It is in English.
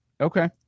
Okay